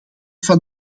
van